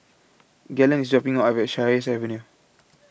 Galen is dropping me off at Sheares Avenue